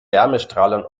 wärmestrahlern